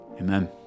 Amen